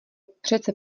přece